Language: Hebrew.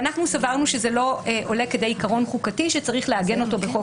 שזה לא עולה כדי עיקרון חוקתי שצריך לעגן אותו בחוק